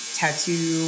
tattoo